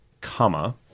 comma